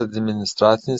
administracinis